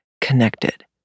connected